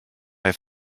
have